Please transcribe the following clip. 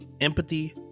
Empathy